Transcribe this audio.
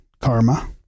karma